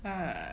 err